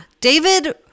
David